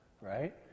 Right